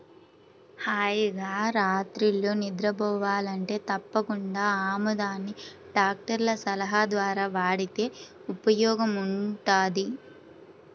హాయిగా రాత్రిళ్ళు నిద్రబోవాలంటే తప్పకుండా ఆముదాన్ని డాక్టర్ల సలహా ద్వారా వాడితే ఉపయోగముంటది